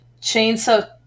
chainsaw